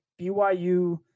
BYU